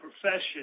profession